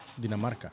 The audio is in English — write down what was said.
Dinamarca